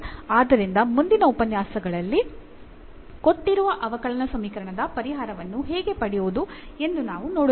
ಆದ್ದರಿಂದ ಮುಂದಿನ ಉಪನ್ಯಾಸಗಳಲ್ಲಿ ಕೊಟ್ಟಿರುವ ಅವಕಲನ ಸಮೀಕರಣದ ಪರಿಹಾರವನ್ನು ಹೇಗೆ ಪಡೆಯುವುದು ಎಂದು ನಾವು ನೋಡುತ್ತೇವೆ